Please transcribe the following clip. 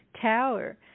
tower